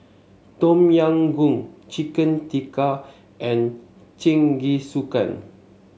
Tom Yam Goong Chicken Tikka and Jingisukan